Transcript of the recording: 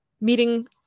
meeting